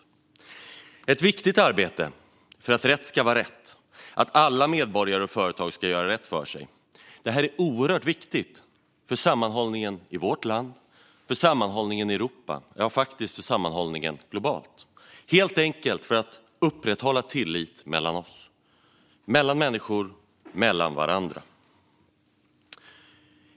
Detta är ett viktigt arbete för att rätt ska vara rätt, för att alla medborgare och företag ska göra rätt för sig. Det är oerhört viktigt för sammanhållningen i vårt land och i Europa, ja faktiskt för sammanhållningen globalt, helt enkelt för att upprätthålla tillit mellan oss människor.